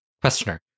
Questioner